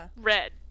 red